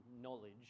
knowledge